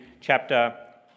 chapter